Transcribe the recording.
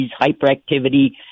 hyperactivity